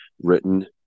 written